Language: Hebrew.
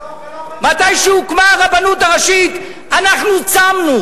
כשהוקמה הרבנות הראשית אנחנו צמנו,